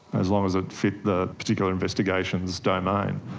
as long as it fit the particular investigation's domain.